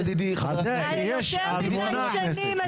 ונתפוס את הקרקע על ידי רועים בשטחים המשוחררים או בכל הארץ.